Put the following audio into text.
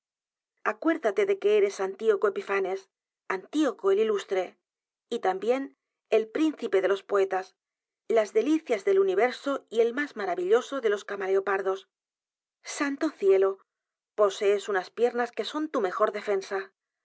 acuérdate de que eres antioco epifanes antioco el ilustre y también el príncipe de los poetas las delicuatro bestias en una s das del universo y el más maravilloso de los camaleopardos santo cielo posees unas piernas que son tu mejor defensa